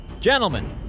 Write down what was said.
Gentlemen